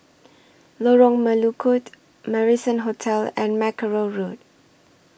Lorong Melukut Marrison Hotel and Mackerrow Road